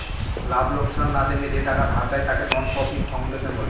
লাভ লোকসান না দেখে যে টাকা ধার দেয়, তাকে নন প্রফিট ফাউন্ডেশন বলে